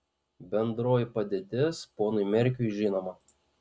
bendroji padėtis ponui merkiui žinoma